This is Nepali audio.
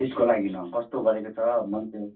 त्यसको लागि अँ कस्तो गरेको अब मान्छे